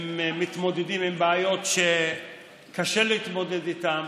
הם מתמודדים עם בעיות שקשה להתמודד איתן.